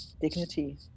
dignity